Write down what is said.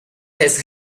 has